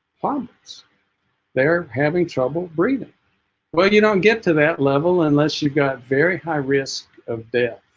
problems they're having trouble breathing well you don't get to that level unless you've got very high risk of death